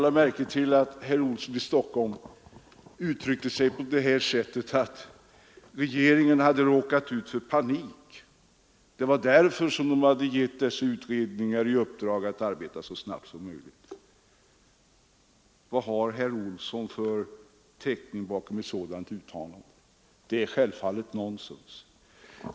Herr talman! Herr Olsson i Stockholm uttryckte sig så, att regeringen hade råkat i panik och därför hade givit utredningarna i uppdrag att arbeta så snabbt som möjligt. Vad har herr Olsson för täckning för det uttalandet?